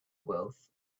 wealth